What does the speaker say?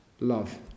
love